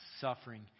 suffering